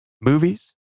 movies